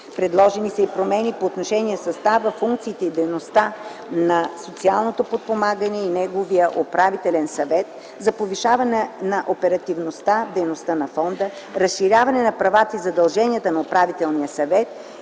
Предложени са и промени по отношение състава, функциите и дейността на фонд „Социално подпомагане” и неговия Управителен съвет за повишаване на оперативността в дейността на фонда, разширяване на правата и задълженията на Управителния съвет